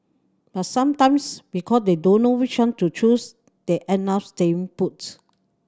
but sometimes because they don't know which one to choose they end up staying puts